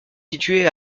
situé